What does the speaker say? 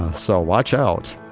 so watch out